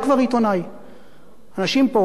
אנשים פה עולים ואומרים: התוכנית הזאת טובה,